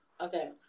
Okay